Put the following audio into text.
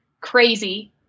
crazy